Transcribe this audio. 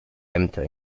ämter